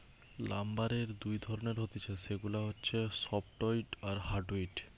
লাম্বারের দুই ধরণের হতিছে সেগুলা হচ্ছে সফ্টউড আর হার্ডউড